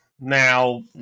Now